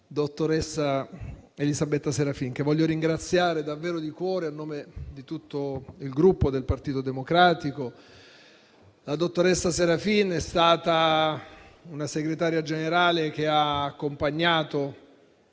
dottoressa Elisabetta Serafin, che voglio ringraziare davvero di cuore a nome di tutto il Gruppo Partito Democratico. La dottoressa Serafin è stata una Segretaria Generale che ha accompagnato